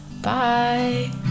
Bye